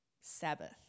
Sabbath